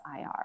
IR